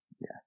Yes